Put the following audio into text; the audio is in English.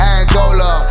Angola